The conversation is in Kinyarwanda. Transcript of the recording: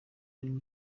ari